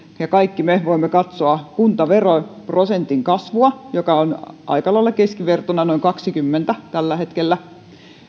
ja me kaikki voimme katsoa kuntaveroprosentin kasvua joka on aika lailla keskivertona noin kahdellakymmenellä tällä hetkellä